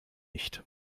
nicht